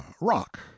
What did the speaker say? rock